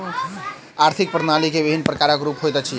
आर्थिक प्रणाली के विभिन्न प्रकारक रूप होइत अछि